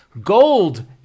Gold